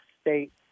State